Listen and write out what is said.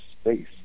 space